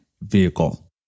vehicle